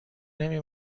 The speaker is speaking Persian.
نمی